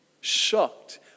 shocked